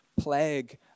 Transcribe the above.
plague